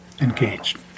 engaged